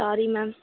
sorry ma'am